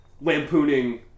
lampooning